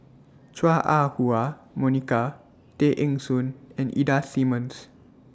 Chua Ah Huwa Monica Tay Eng Soon and Ida Simmons